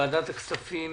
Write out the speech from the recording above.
ועדת הכספים